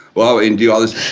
well and do all this,